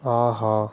ஆஹா